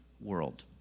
world